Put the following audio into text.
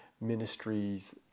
ministries